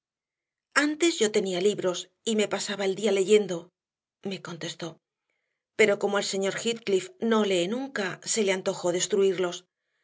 antes yo tenía libros y me pasaba el día leyendo me contestó pero como el señor heathcliff no lee nunca se le antojó destruirlos